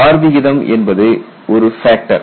R விகிதம் என்பது ஒரு ஃபேக்டர்